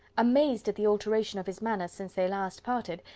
amazed at the alteration of his manner since they last parted,